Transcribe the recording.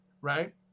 right